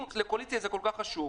אם לקואליציה זה כל כך חשוב,